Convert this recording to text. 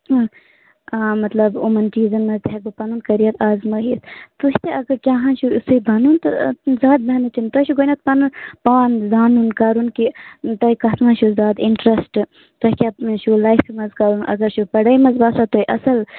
ٲں آ مطلب یِمَن چیٖزَن مَنٛز تہِ ہیٚکہٕ بہٕ پَنُن کٔرِیَر آزمٲیِتھ تُہۍ تہِ اگر چاہان چھُ یِتھُے بَنُن تہٕ زیادٕ محنت چھَنہٕ تۄہہِ چھُ گۄڈٕنیٚتھ پَنُن پان زانُن کَرُن کہِ تۄہہِ کَتھ منٛز چھُ زیادٕ اِنٹَرٛسٹ تۄہہِ کیٛاہ چھُ لایفہِ منٛز کَرُن اگر چھُ پڑھٲے منٛز باسان تۄہہِ اصٕل